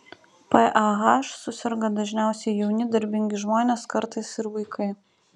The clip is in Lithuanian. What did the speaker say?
pah suserga dažniausiai jauni darbingi žmonės kartais ir vaikai